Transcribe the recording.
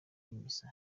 misa